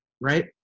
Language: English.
right